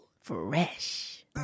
fresh